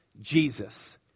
Jesus